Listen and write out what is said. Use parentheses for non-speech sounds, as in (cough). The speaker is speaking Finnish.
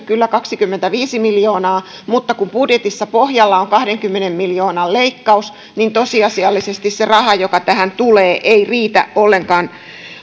(unintelligible) kyllä kaksikymmentäviisi miljoonaa mutta kun budjetissa on pohjalla kahdenkymmenen miljoonan leikkaus niin tosiasiallisesti se raha joka tähän tulee ei riitä ollenkaan